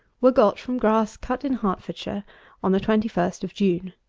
were got from grass cut in hertfordshire on the twenty first of june.